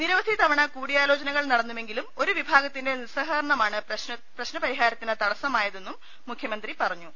നിരവധി തവണ കൂടിയാലോചനകൾ നടന്നുവെങ്കിലും ഒരുവിഭാഗത്തിന്റെ നിസ്സഹകരണമാണ് പ്രശ്ന പരിഹാരത്തിന് തടസ്സമായതെന്നും മുഖ്യമന്ത്രി പറഞ്ഞു